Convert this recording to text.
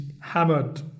hammered